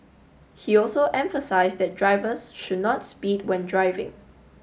he also emphasised that drivers should not speed when driving